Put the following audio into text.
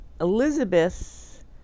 Elizabeth